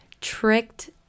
tricked